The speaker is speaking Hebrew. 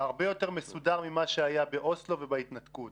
דובר הרבה יותר מסודר ממה שהיה באוסלו ובהתנתקות,